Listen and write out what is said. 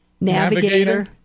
navigator